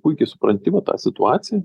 puikiai supranti va tą situaciją